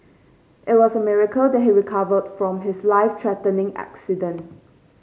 it was a miracle that he recovered from his life threatening accident